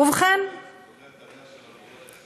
אני זוכר את הריח של הבורקסים.